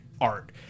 art